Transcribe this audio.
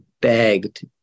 begged